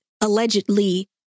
allegedly